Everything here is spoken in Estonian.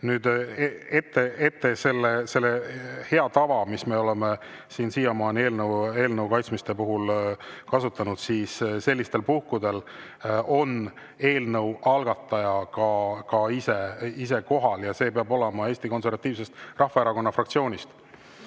nüüd ette selle hea tava, millest me oleme siiamaani eelnõude kaitsmise puhul lähtunud, siis sellistel puhkudel on eelnõu algataja ka ise kohal ja see algataja peab olema Eesti Konservatiivse Rahvaerakonna fraktsioonist.